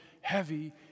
heavy